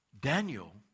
Daniel